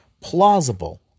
plausible